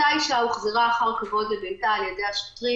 אותה אישה הוחזרה אחר כבוד לביתה על ידי השוטרים.